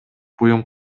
буюм